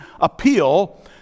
appeal